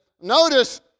Notice